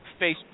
Facebook